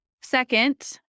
Second